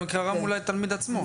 במקרה הרע מול התלמיד עצמו.